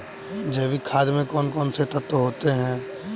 जैविक खाद में कौन कौन से तत्व होते हैं?